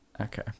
Okay